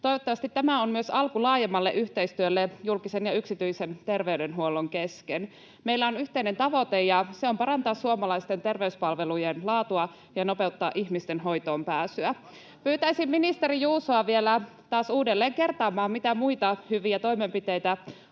Toivottavasti tämä on myös alku laajemmalle yhteistyölle julkisen ja yksityisen terveydenhuollon kesken. Meillä on yhteinen tavoite, ja se on parantaa suomalaisten terveyspalvelujen laatua ja nopeuttaa ihmisten hoitoonpääsyä. Pyytäisin ministeri Juusoa vielä taas uudelleen kertaamaan, mitä muita hyviä toimenpiteitä